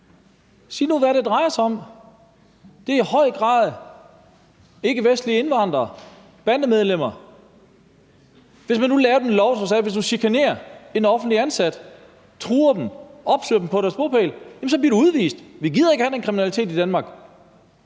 Sig nu, hvad det drejer sig om! Det er i høj grad ikkevestlige indvandrere, bandemedlemmer. Hvis man nu lavede en lov, som sagde, at hvis du chikanerer en offentlig ansat, truer dem, opsøger dem på deres bopæl, bliver du udvist, vi gider ikke have den kriminalitet i Danmark,